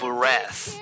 Breath